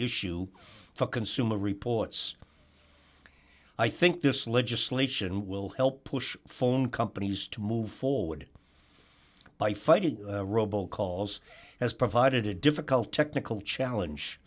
issue for consumer reports i think this legislation will help push phone companies to move forward by fighting robo calls has provided a difficult technical challenge